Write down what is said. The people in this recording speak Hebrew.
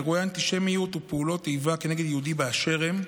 אירועי אנטישמיות ופעולות איבה כנגד יהודים באשר הם,